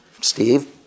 Steve